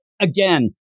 again